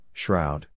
shroud